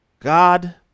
God